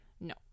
No